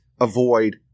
avoid